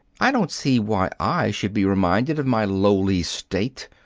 i don't see why i should be reminded of my lowly state.